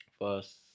First